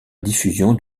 diffusion